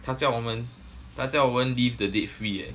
他叫我们他叫我们 leave the date free eh